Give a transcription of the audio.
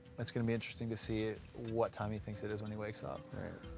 it's gonna be interesting to see what time he thinks it is when he wakes up.